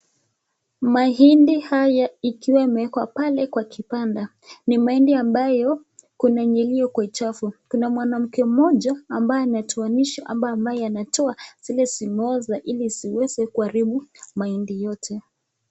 Mahindi haya ikiwa imeekwa pale kwa kibanda. Ni mahindi ambayo kuna yenye ilioko chafu. Kuna mwanamke mmoja ambaye anatoanisha ama ambaye anatoa zile zimeoza ili zisiweze kuharibu mahindi yote.